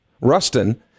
Ruston